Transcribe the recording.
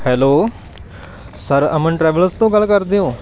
hello sir Aman travellers ਤੋਂ ਗੱਲ ਕਰਦੇ ਓਂ